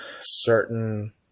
certain